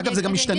אגב, זה גם משתנה.